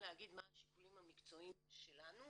להגיד מה השיקולים המקצועיים שלנו